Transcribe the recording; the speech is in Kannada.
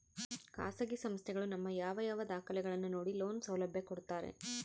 ಖಾಸಗಿ ಸಂಸ್ಥೆಗಳು ನಮ್ಮ ಯಾವ ಯಾವ ದಾಖಲೆಗಳನ್ನು ನೋಡಿ ಲೋನ್ ಸೌಲಭ್ಯ ಕೊಡ್ತಾರೆ?